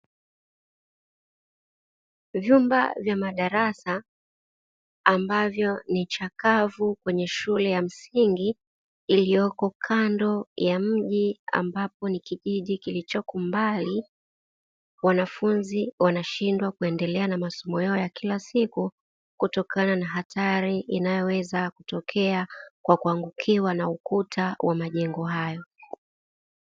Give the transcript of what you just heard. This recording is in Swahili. Vyumba vya madarasa ambavyo ni chakavu kwenye shule ya msingi, iliyoko kando ya mji ambapo ni kijiji kilichoko mbali. Wanafunzi wanashindwa kuendelea na masomo yao ya kila siku kutokana na hatari inayoweza kutokea kwa kuangukiwa na ukuta wa majengo hayo.